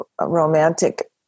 romantic